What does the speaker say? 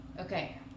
Okay